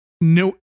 no